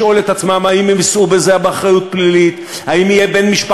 לשאול את עצמם אם הם יישאו בזה באחריות פלילית,